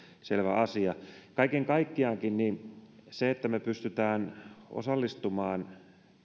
asia kaiken kaikkiaankin se että me pystymme osallistumaan